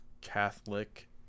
catholic